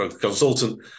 consultant